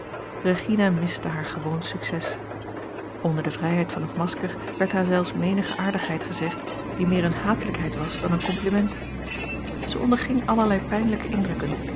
regina miste haar gewoon succes onder de vrijheid van het masker werd haar zelfs menige aardigheid gezegd die meer eene hatelijkheid was dan een compliment zij onderging allerlei pijnlijke indrukken